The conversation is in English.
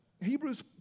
Hebrews